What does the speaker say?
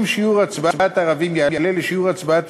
אם שיעור ההצבעה של הערבים יעלה לשיעור ההצבעה של